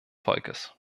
volkes